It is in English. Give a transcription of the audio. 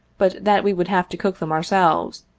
but that we would have to cook them ourselves,